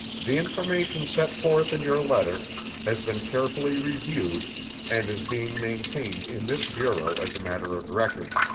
the information set forth in your letter has been carefully reviewed and is being maintained in this bureau as a matter of record.